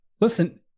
Listen